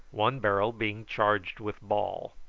one barrel being charged with ball.